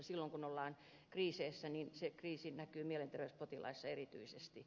silloin kun ollaan kriisissä se kriisi näkyy mielenterveyspotilaissa erityisesti